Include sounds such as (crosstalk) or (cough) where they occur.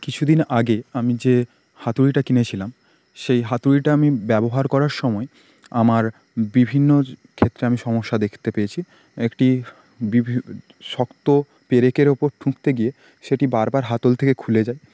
কিছু দিন আগে আমি যে হাতুড়িটা কিনেছিলাম সেই হাতুড়িটা আমি ব্যবহার করার সময় আমার বিভিন্ন ক্ষেত্রে আমি সমস্যা দেখতে পেয়েছি একটি বিভি (unintelligible) শক্ত পেরেকের উপর ঠুকতে গিয়ে সেটি বারবার হাতল থেকে খুলে যায়